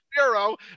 zero